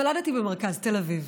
נולדתי במרכז תל אביב